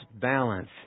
balance